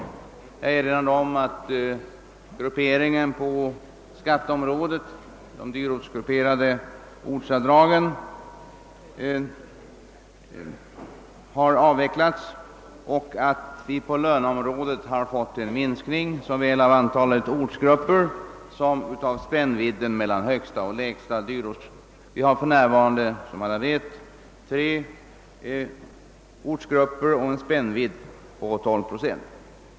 Jag erinrar om att grupperingen på skatteområdet, de dyrortsgrupperade ortsavdragen, har avvecklats och att vi på löneområdet har fått en minskning såväl av antalet ortsgrupper som av spännvidden mellan högsta och lägsta dyrort. Vi har för närvarande som alla vet tre ortsgrupper och en spännvidd på 12 procent.